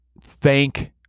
thank